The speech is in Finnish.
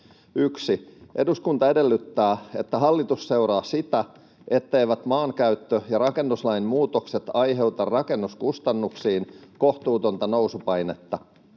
”1) Eduskunta edellyttää, että hallitus seuraa sitä, etteivät maankäyttö‑ ja rakennuslain muutokset aiheuta rakennuskustannuksiin kohtuutonta nousupainetta.